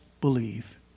believe